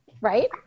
right